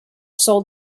sold